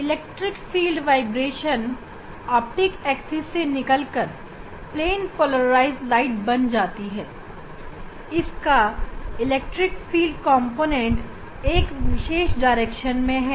electric field vibration optic axis जिस दिशा में वह सबसे तेज है उस दिशा से निकल कर प्लेन पोलराइज लाइट बन जाती है जिसके इलेक्ट्रिक फ़ील्ड कॉम्पोनेंट एक विशेष दिशा में है